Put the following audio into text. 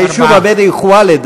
היישוב הבדואי ח'וואלד.